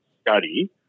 study